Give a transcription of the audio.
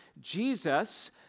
Jesus